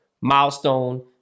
Milestone